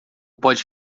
pode